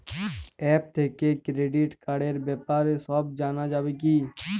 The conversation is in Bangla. অ্যাপ থেকে ক্রেডিট কার্ডর ব্যাপারে সব জানা যাবে কি?